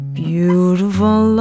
beautiful